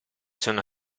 sono